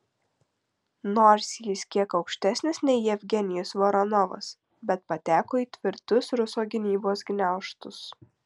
nors jis kiek aukštesnis nei jevgenijus voronovas bet pateko į tvirtus ruso gynybos gniaužtus